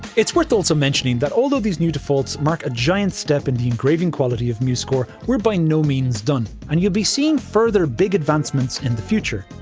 it's worth also mentioning that although these new defaults mark a giant step in the engraving quality of musescore, we're by no means done and you'll be seeing further big advancements in the future.